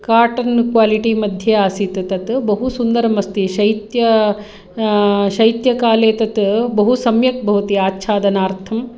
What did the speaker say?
cotton quality मध्ये आसीत् तत् बहुसुन्दरम् अस्ति शैत्यम् शैत्यकाले तत् बहुसम्यक् भवति आच्छादनार्थं